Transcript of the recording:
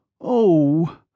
Oh